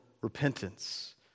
repentance